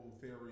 theory